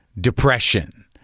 depression